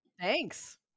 Thanks